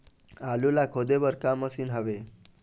आलू ला खोदे बर का मशीन हावे?